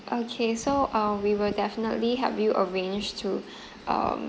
okay so uh we will definitely help you arrange to um